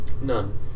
None